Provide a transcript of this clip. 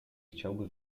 chciałby